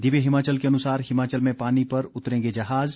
दिव्य हिमाचल के अनुसार हिमाचल में पानी पर उतरेंगे जहाज़